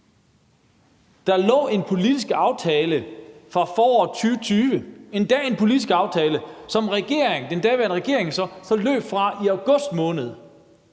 endda en politisk aftale, som den daværende regering så løb fra i august måned,